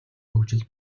хөгжил